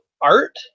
Art